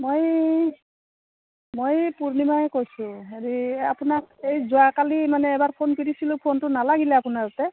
মই মই পূৰ্ণিমাই কৈছোঁ হেৰি আপোনাক এই যোৱাকালি মানে এবাৰ ফোন কৰিছিলোঁ ফোনটো নালাগিলে আপোনাৰ তাতে